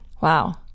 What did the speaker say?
wow